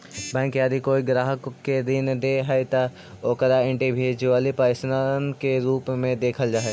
bank यदि कोई ग्राहक के ऋण दे हइ त ओकरा इंडिविजुअल पर्सन के रूप में देखल जा हइ